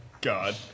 God